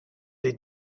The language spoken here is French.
des